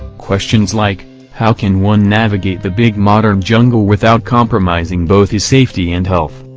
questions like how can one navigate the big modern jungle without compromising both his safety and health?